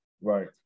right